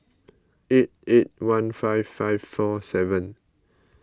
eight eight one five five four seven